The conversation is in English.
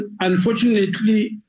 Unfortunately